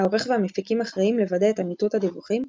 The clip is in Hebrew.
העורך והמפיקים אחראים לוודא את אמיתות הדיווחים,